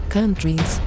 countries